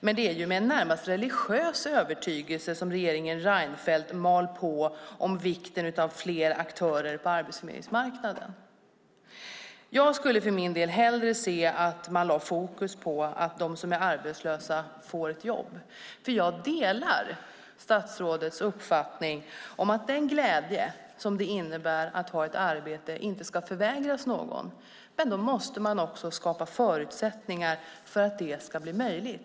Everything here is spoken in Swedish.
Men det är med en närmast religiös övertygelse som regeringen Reinfeldt mal på om vikten av fler aktörer på arbetsförmedlingsmarknaden. Jag skulle för min del hellre se att man lade fokus på att de som är arbetslösa får jobb, för jag delar statsrådets uppfattning att den glädje som det innebär att ha ett arbete inte ska förvägras någon. Men då måste man också skapa förutsättningar för att det ska bli möjligt.